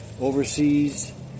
overseas